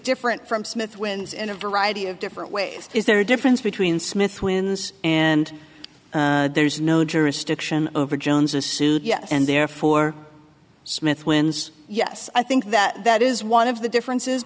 different from smith wins in a variety of different ways is there a difference between smith wins and there's no jurisdiction over jones a suit yes and therefore smith wins yes i think that that is one of the differences